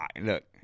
look